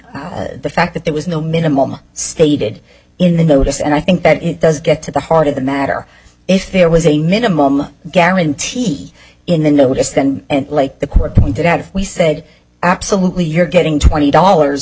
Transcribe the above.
the fact that there was no minimum stated in the notice and i think that it does get to the heart of the matter if there was a minimum guarantee in the no just then like the court pointed out if we said absolutely you're getting twenty dollars